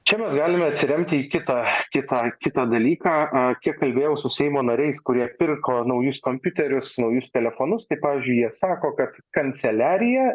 čia mes galime atsiremti į kitą kitą kitą dalyką a kiek kalbėjau su seimo nariais kurie pirko naujus kompiuterius naujus telefonus kaip pavyzdžiui jie sako kad kanceliarija